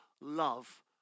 love